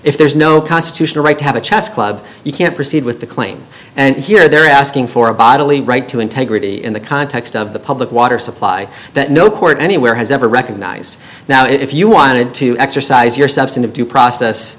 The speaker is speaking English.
if there is no constitutional right to have a chess club you can't proceed with the claim and here they're asking for a bodily right to integrity in the context of the public water supply that no court anywhere has ever recognized now if you wanted to exercise your substantive due process